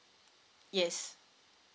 yes